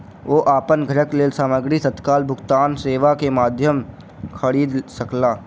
ओ अपन घरक लेल सामग्री तत्काल भुगतान सेवा के माध्यम खरीद सकला